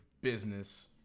business